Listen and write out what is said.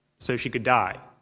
so she could die.